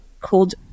called